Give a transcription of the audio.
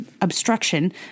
obstruction